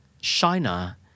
China